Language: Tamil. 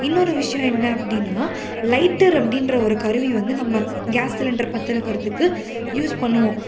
இன்னொரு விஷயம் என்ன அப்படின்னா லைட்டர் அப்படின்ற ஒரு கருவி வந்து நம்ம கேஸ் சிலிண்டர் பற்ற வைக்கிறதுக்கு யூஸ் பண்ணுவோம்